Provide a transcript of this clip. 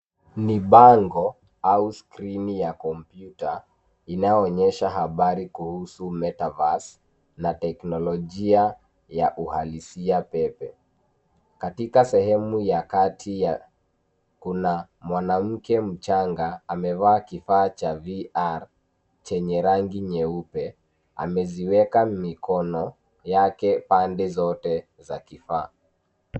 Ni bango au skrini ya kompyuta inayoonyesha habari kuhusu metaverse na teknolojia ya uhalisia pepe. Katika sehemu ya kati kuna mwanamke mchanga amevaa kifaa cha VR chenye rangi nyeupe, ameziwekwa mikono yake pande zote za kifaa.